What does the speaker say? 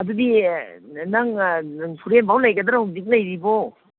ꯑꯗꯨꯗꯤ ꯅꯪ ꯍꯣꯔꯦꯟꯕꯧ ꯂꯩꯒꯗ꯭ꯔꯣ ꯍꯧꯖꯤꯛ ꯂꯩꯔꯤꯕꯣ